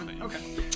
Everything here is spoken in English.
Okay